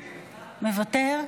מוותר?